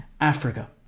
Africa